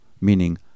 meaning